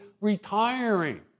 retiring